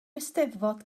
eisteddfod